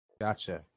Gotcha